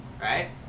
right